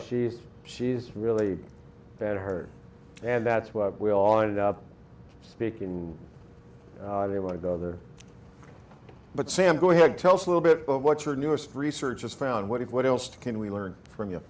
she's she's really been hurt and that's why we all ended up speaking i do want to go there but sam go ahead tell us a little bit what your newest research has found what what else can we learn from you